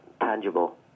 tangible